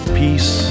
peace